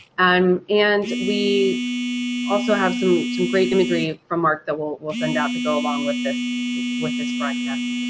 and and we also have some some great imagery from marc that we'll we'll send out to go along with this with this broadcast.